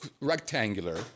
rectangular